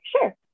sure